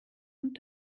und